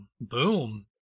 boom